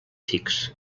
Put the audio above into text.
fix